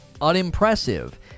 unimpressive